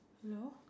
hello